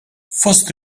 fost